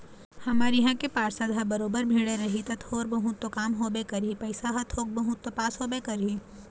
हमर इहाँ के पार्षद ह बरोबर भीड़े रही ता थोर बहुत तो काम होबे करही पइसा ह थोक बहुत तो पास होबे करही